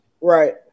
Right